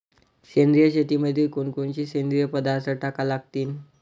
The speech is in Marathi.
सेंद्रिय शेतीमंदी कोनकोनचे सेंद्रिय पदार्थ टाका लागतीन?